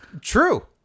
True